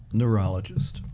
neurologist